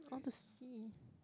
I want to see